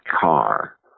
car